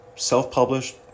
Self-published